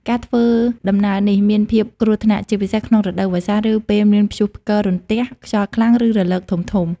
ការធ្វើដំណើរនេះមានភាពគ្រោះថ្នាក់ ជាពិសេសក្នុងរដូវវស្សា ឬពេលមានព្យុះផ្គររន្ទះ ខ្យល់ខ្លាំង ឬរលកធំៗ។